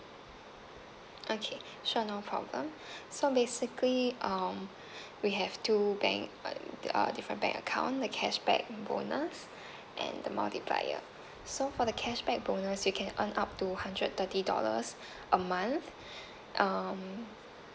okay sure no problem so basically um we have two bank um d~ uh different bank account the cashback bonus and the multiplier so for the cashback bonus you can earn up to hundred thirty dollars a month um